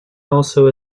also